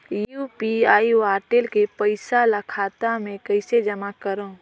UPI wallet के पईसा ल खाता मे कइसे जमा करव?